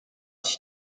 sich